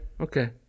Okay